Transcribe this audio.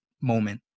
moment